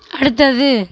அடுத்தது